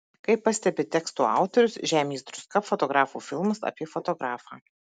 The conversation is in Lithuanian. kaip pastebi teksto autorius žemės druska fotografo filmas apie fotografą